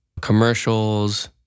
commercials